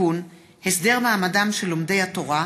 שינוי שם משפחה של קטין שהוריו חיים בנפרד),